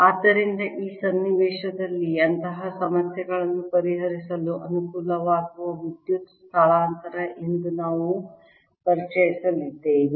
ಆದ್ದರಿಂದ ಈ ಸನ್ನಿವೇಶದಲ್ಲಿ ಅಂತಹ ಸಮಸ್ಯೆಗಳನ್ನು ಪರಿಹರಿಸಲು ಅನುಕೂಲವಾಗುವ ವಿದ್ಯುತ್ ಸ್ಥಳಾಂತರ ಎಂದು ನಾವು ಪರಿಚಯಿಸಲಿದ್ದೇವೆ